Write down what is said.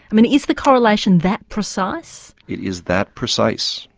i mean is the correlation that precise? it is that precise.